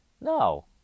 No